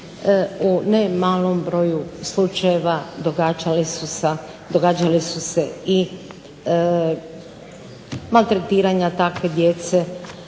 u ne malom broju slučajeva događale su se i maltretiranja takve djece.